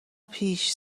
پیش